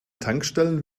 tankstellen